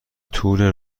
تور